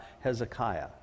Hezekiah